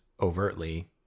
overtly